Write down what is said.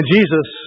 Jesus